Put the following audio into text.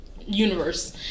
universe